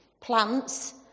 plants